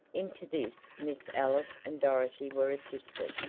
into this miss ellis and dorothy were assisted,